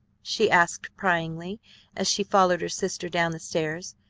she asked pryingly as she followed her sister down the stairs.